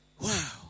Wow